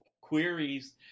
queries